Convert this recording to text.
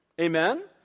Amen